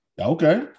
Okay